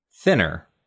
Thinner